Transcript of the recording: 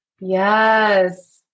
Yes